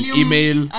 email